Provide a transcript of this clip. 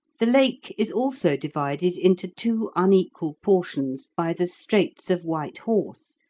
the lake is also divided into two unequal portions by the straits of white horse,